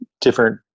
different